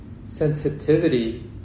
sensitivity